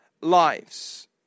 lives